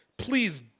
Please